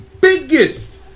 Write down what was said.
biggest